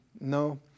No